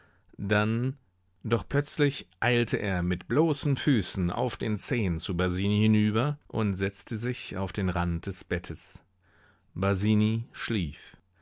dann doch plötzlich eilte er mit bloßen füßen auf den zehen zu basini hinüber und setzte sich auf den rand des bettes basini schlief